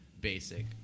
basic